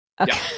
Okay